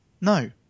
No